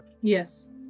Yes